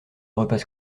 repas